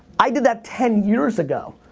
i did that ten years ago.